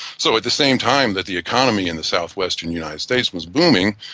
so at the same time that the economy in the south-western united states was booming,